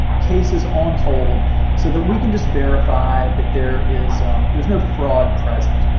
cases on hold so that we can just verify that there is there is no fraud present,